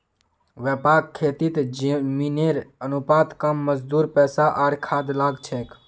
व्यापक खेतीत जमीनेर अनुपात कम मजदूर पैसा आर खाद लाग छेक